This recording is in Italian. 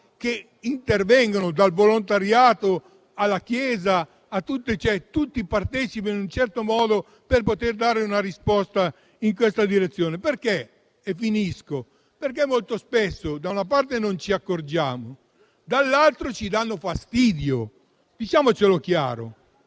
che intervengono, dal volontariato alla Chiesa. Tutti partecipano, in un certo modo, per poter dare una risposta in questa direzione. Molto spesso da una parte non ce ne accorgiamo e dall'altra ci danno fastidio, diciamocelo chiaro.